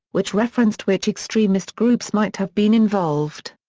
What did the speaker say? which referenced which extremist groups might have been involved.